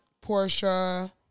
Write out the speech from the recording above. Portia